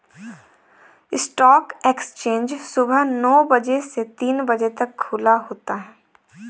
stock exchange सुबह नो बजे से तीन बजे तक खुला होता है